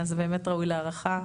זה באמת ראוי להערכה.